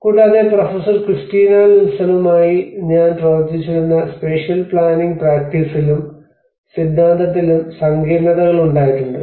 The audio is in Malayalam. കൂടാതെ പ്രൊഫസർ ക്രിസ്റ്റീന നിൽസണുമായി ഞാൻ പ്രവർത്തിച്ചിരുന്ന സ്പേഷ്യൽ പ്ലാനിംഗ് പ്രാക്ടീസിലും സിദ്ധാന്തത്തിലും സങ്കീർണതകൾ ഉണ്ടായിട്ടുണ്ട്